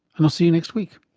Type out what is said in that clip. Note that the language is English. and i'll see you next week